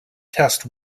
test